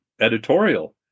editorial